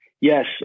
Yes